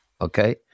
okay